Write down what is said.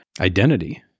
identity